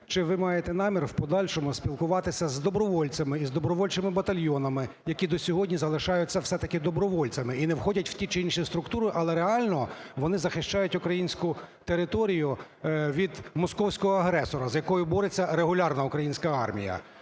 чи ви маєте намір в подальшому спілкуватися з добровольцями і з добровольчими батальйонами, які до сьогодні залишаються все-таки добровольцями і не входять в ті чи інші структури, але реально вони захищають українську територію від московського агресора, з яким бореться регулярна українська армія?